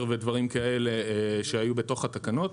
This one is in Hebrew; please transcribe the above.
ודברים כאלה שהיו בתוך התקנות.